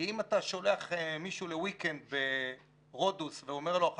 כי אם אתה שולח מישהו לוויקנד ברודוס ואומר לו,